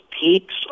peaks